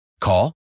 Call